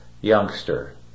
youngster